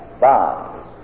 bonds